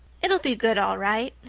it'll be good, all right,